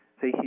say